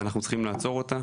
ואנחנו צריכים לעצור אותה.